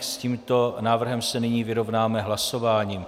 S tímto návrhem se nyní vyrovnáme hlasováním.